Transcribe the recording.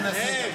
אל תנסה גם.